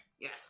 yes